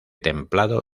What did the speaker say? templado